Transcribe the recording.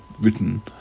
written